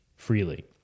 Freely